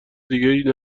دیگه